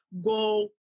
go